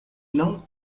não